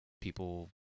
people